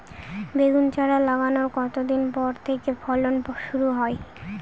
বেগুন চারা লাগানোর কতদিন পর থেকে ফলন শুরু হয়?